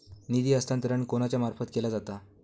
निधी हस्तांतरण कोणाच्या मार्फत केला जाता?